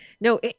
no